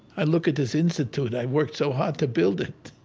i look at this institute i worked so hard to build it,